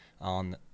on